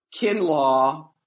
Kinlaw